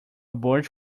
birch